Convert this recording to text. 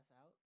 out